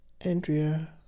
Andrea